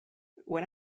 when